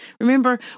Remember